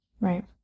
Right